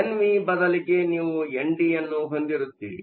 NV ಬದಲಿಗೆ ನೀವು N D ಅನ್ನು ಹೊಂದಿರುತ್ತೀರಿ